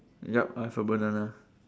yup I have a banana